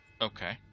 Okay